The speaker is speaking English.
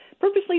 purposely